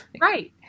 right